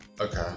Okay